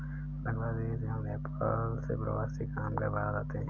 बांग्लादेश एवं नेपाल से प्रवासी कामगार भारत आते हैं